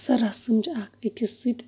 سۄ رَسم چھِ اکھ أکِس سۭتۍ